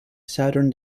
southern